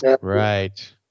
right